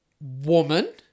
woman